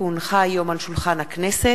כי הונחה היום על שולחן הכנסת,